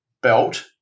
belt